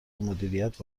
مدیریت